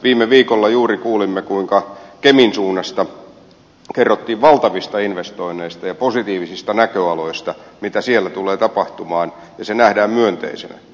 viime viikolla juuri kuulimme kuinka kemin suunnasta kerrottiin valtavista investoinneista ja positiivisista näköaloista mitä siellä tulee tapahtumaan ja se nähdään myönteisenä